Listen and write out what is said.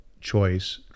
choice